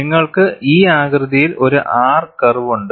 നിങ്ങൾക്ക് ഈ ആകൃതിയിൽ ഒരു R കർവുണ്ട്